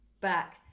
back